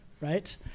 right